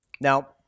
Now